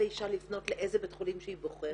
לאישה לפנות לאיזה בית חולים שהיא בוחרת,